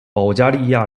保加利亚